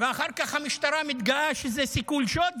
ואחר כך המשטרה מתגאה שזה סיכול שוד,